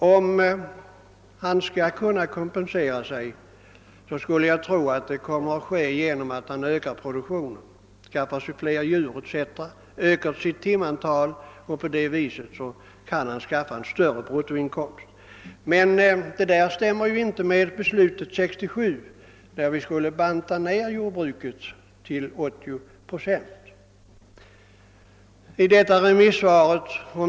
Om familjeföretagaren vill kompensera sig för skattehöjningen, gör han det troligen genom att öka produktionen, d.v.s. genom att skaffa sig fler djur och öka sitt timantal. På detta sätt kan han skaffa sig en större bruttoinkomst. Detta ligger dock inte i linje med beslutet 1967, enligt vilket jordbrukets = självförsörjningsgrad skulle bantas ned till 80 procent.